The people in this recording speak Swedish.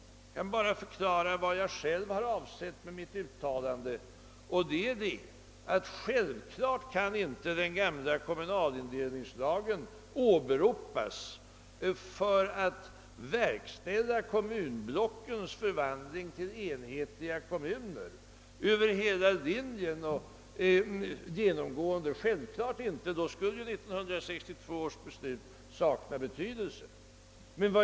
Jag kan här bara förklara vad jag själv avsåg med mitt uttalande. Det var att den gamla kommunindelningslagen självfallet inte kan åberopas för att över hela linjen förvandla kommunblocken till enhetliga kommuner. I så fall skulle ju 1962 års beslut sakna betydelse.